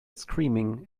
screaming